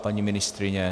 Paní ministryně?